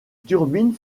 turbine